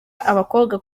abakobwa